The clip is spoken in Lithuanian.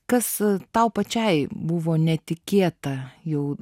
kas tau pačiai buvo netikėta jau